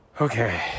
Okay